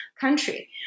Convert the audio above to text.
country